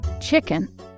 Chicken